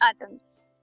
atoms